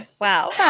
Wow